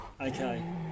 Okay